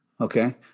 Okay